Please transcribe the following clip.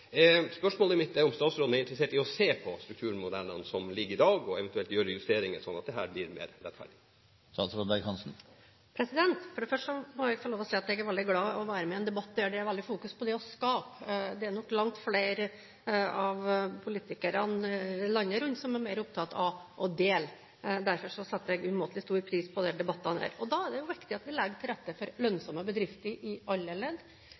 Spørsmålet mitt er om statsråden er interessert i å se på strukturmodellene som ligger der i dag, og eventuelt gjøre justeringer, slik at dette blir mer rettferdig. For det første må jeg få lov å si at jeg er veldig glad for å være med i en debatt der det er veldig fokus på det å skape. Det er nok langt flere politikere landet rundt som er mer opptatt av å dele. Derfor setter jeg umåtelig stor pris på denne debatten. Da er det jo viktig at vi legger til rette for lønnsomme bedrifter i alle ledd,